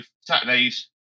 Saturdays